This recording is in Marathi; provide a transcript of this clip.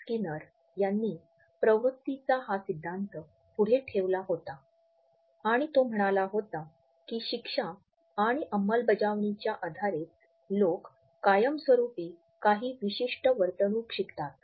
स्किनर यांनी प्रवृत्तीचा हा सिद्धांत पुढे ठेवला होता आणि तो म्हणाला होता की शिक्षा आणि अंमलबजावणीच्या आधारेच लोक कायमस्वरूपी काही विशिष्ट वर्तणूक शिकतात